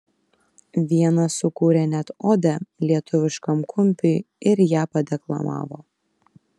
vienas sukūrė net odę lietuviškam kumpiui ir ją padeklamavo